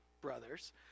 brothers